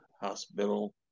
hospital